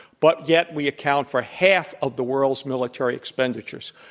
but yet we account for half of the world's military expenditures.